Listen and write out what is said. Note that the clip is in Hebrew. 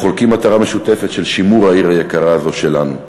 חולקים מטרה משותפת של שימור העיר היקרה הזאת שלנו.